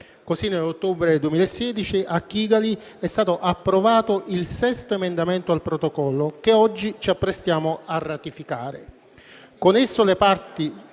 Così nell'ottobre 2016, a Kigali, è stato approvato il sesto emendamento al Protocollo che oggi ci apprestiamo a ratificare.